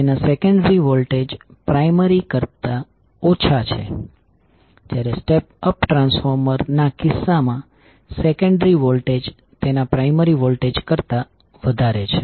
કારણ કે આને વિરોધી કનેક્શન કહેવામાં આવે છે કરંટ એક દિશામાંથી ડોટની અંદર જઈ રહ્યો છે પરંતુ બીજી બાજુથી ડોટ માંથી બહાર નીકળી રહ્યો છે